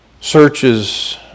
searches